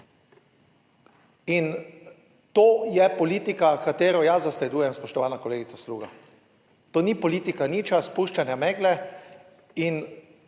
In to je politika, katero jaz zasledujem, spoštovana kolegica Sluga. To ni politika. Ni čas spuščanje megle.